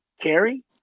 Carrie